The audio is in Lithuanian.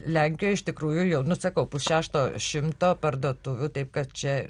lenkijoj iš tikrųjų ir jau nu sakau pusšešto šimto parduotuvių taip kad čia